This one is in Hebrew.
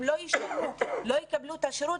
שאם הם לא ישלמו הם לא יקבלו את השירות,